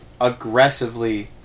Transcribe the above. aggressively